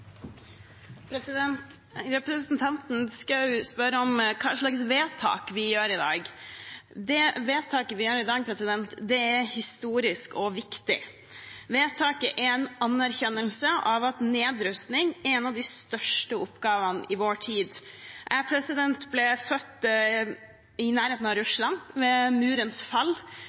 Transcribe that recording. Representanten Schou spør hva slags vedtak vi fatter i dag. Det vedtaket vi fatter i dag, er historisk og viktig. Vedtaket er en anerkjennelse av at nedrustning er en av de største oppgavene i vår tid. Jeg ble født i nærheten av Russland ved Murens fall